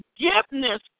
forgiveness